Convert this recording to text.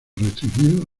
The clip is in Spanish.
restringido